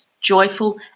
joyful